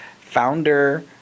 founder